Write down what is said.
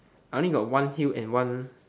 I only got one heel and one